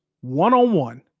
one-on-one